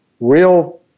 real